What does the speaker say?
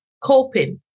coping